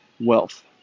Wealth